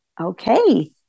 Okay